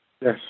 Yes